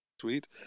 Sweet